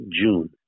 June